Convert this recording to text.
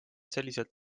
selliselt